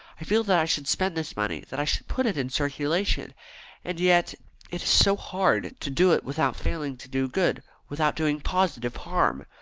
i feel that i should spend this money that i should put it in circulation and yet it is so hard to do it without failing to do good without doing positive harm.